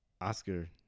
Oscar